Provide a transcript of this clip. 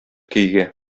көйгә